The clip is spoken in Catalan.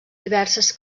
diverses